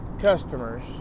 customers